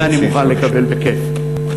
את זה אני מוכן לקבל בכיף.